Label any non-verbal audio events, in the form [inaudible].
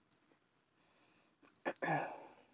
[noise]